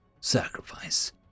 sacrifice